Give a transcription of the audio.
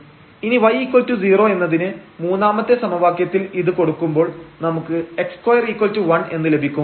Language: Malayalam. ഇനി y0 എന്നതിന് മൂന്നാമത്തെ സമവാക്യത്തിൽ ഇത് കൊടുക്കുമ്പോൾ നമുക്ക് x21 എന്ന് ലഭിക്കും